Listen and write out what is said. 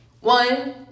One